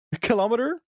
kilometer